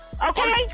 Okay